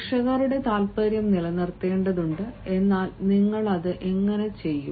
പ്രേക്ഷകരുടെ താൽപ്പര്യം നിലനിർത്തേണ്ടതുണ്ട് എന്നാൽ നിങ്ങൾ അത് എങ്ങനെ ചെയ്യും